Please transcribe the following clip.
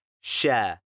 share